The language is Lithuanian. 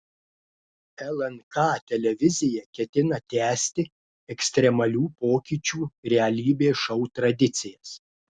lnk televizija ketina tęsti ekstremalių pokyčių realybės šou tradicijas